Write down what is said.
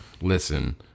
listen